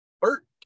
Bert